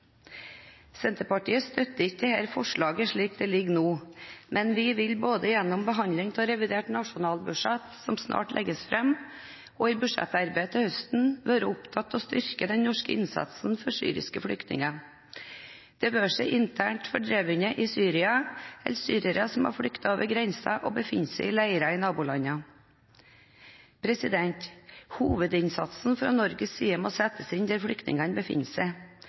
Senterpartiet støtter ikke dette forslaget slik det ligger nå, men vi vil både gjennom behandlingen av revidert nasjonalbudsjett, som snart legges fram, og i budsjettarbeidet til høsten være opptatt av å styrke den norske innsatsen for syriske flyktninger – det være seg internt fordrevne i Syria eller syrere som har flyktet over grensen og befinner seg i leirene i nabolandene. Hovedinnsatsen fra Norges side må settes inn der flyktningene befinner seg.